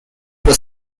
were